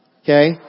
Okay